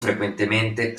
frequentemente